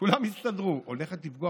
כולם יסתדרו, הולכת לפגוע